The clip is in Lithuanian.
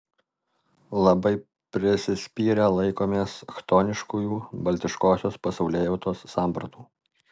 labai prisispyrę laikomės chtoniškųjų baltiškosios pasaulėjautos sampratų